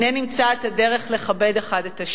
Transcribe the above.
הנה נמצא את הדרך לכבד האחד את השני.